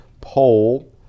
pole